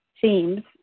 themes